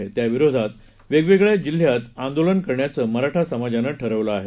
या निर्णयाच्या विरोधात वेगवेगळ्या जिल्ह्यात आंदोलन करण्याचं मराठा समाजानं ठरवलं आहे